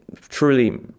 truly